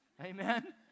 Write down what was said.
Amen